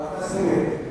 חבר הכנסת טיבי.